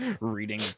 reading